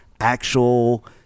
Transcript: actual